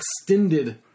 extended